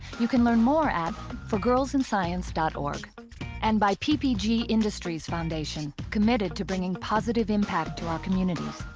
you can learn more at forgirlsinscience dot org and by ppg industries foundation committed to bringing positive impact to our communities.